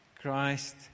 Christ